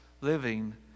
living